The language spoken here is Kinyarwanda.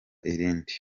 irindi